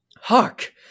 Hark